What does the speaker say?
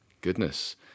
Goodness